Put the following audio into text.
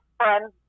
friends